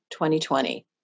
2020